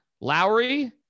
Lowry